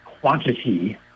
quantity